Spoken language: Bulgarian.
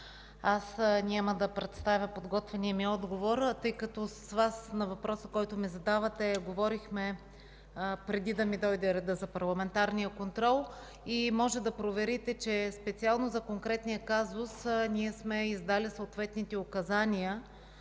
аз няма да представя подготвения ми отговор, тъй като с Вас за въпроса, който ми задавате, говорихме преди да ми дойде реда за парламентарен контрол. Може да проверите, че специално за конкретния казус ние сме издали съответните указания,